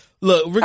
Look